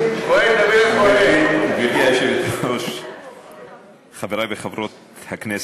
היושבת-ראש, חברי וחברות הכנסת,